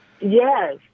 Yes